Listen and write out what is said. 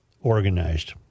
organized